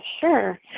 sure